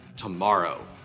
Tomorrow